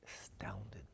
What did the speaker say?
astounded